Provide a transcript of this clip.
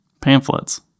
Pamphlets